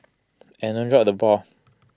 and don't drop the ball